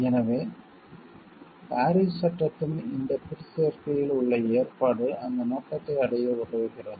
எனவே பாரிஸ் சட்டத்தின் இந்த பிற்சேர்க்கையில் உள்ள ஏற்பாடு அந்த நோக்கத்தை அடைய உதவுகிறது